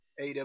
AW